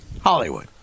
Hollywood